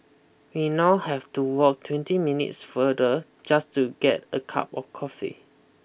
we now have to walk twenty minutes farther just to get a cup of coffee